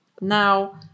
Now